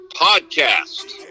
Podcast